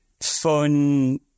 fun